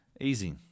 Easy